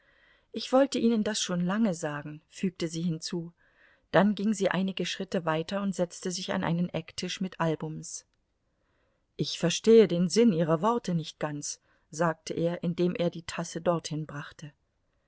ich wollte ihnen das schon lange sagen fügte sie hinzu dann ging sie einige schritte weiter und setzte sich an einen ecktisch mit albums ich verstehe den sinn ihrer worte nicht ganz sagte er indem er ihr die tasse dorthin brachte